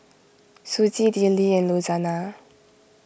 Susie Dillie and Louanna